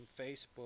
Facebook